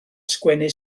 sgwennu